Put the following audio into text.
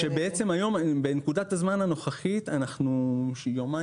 בעצם היום בנקודת הזמן הנוכחית אנחנו יומיים